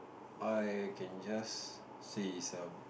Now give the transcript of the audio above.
I can just say is a